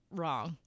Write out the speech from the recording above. wrong